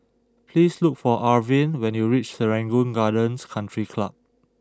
please look for Arvin when you reach Serangoon Gardens Country Club